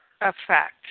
effect